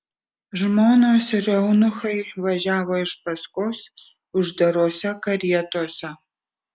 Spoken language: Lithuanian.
žmonos ir eunuchai važiavo iš paskos uždarose karietose